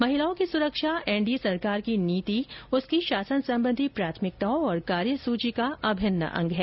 महिलाओं की सुरक्षा एनडीए सरकार की नीति उसकी शासन संबंधी प्राथमिकताओं और कार्य सूची का अभिन्न अंग है